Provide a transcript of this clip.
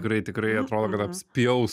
tikrai tikrai atrodo kad apspjaus